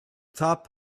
top